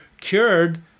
cured